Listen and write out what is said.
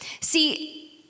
See